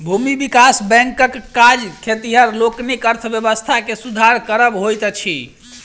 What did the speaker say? भूमि विकास बैंकक काज खेतिहर लोकनिक अर्थव्यवस्था के सुधार करब होइत अछि